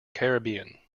caribbean